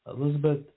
Elizabeth